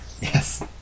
Yes